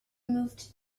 moved